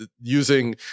using